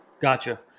Gotcha